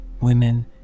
women